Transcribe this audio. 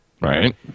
Right